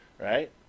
right